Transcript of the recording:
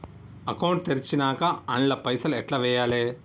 Account తెరిచినాక అండ్ల పైసల్ ఎట్ల వేయాలే?